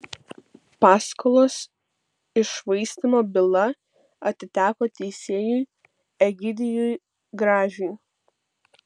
paskolos iššvaistymo byla atiteko teisėjui egidijui gražiui